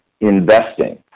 investing